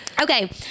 Okay